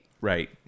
Right